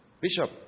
Bishop